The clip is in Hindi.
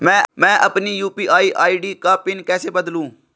मैं अपनी यू.पी.आई आई.डी का पिन कैसे बदलूं?